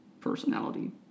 personality